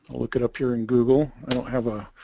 look it up here in google don't have a